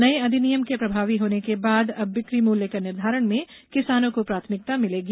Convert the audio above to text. नये अधिनियम के प्रभावी होने के बाद अब बिक्री मूल्य के निर्धारण में किसानों को प्राथमिकता मिलेगी